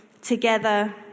together